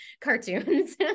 cartoons